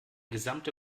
gesamte